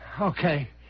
Okay